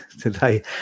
today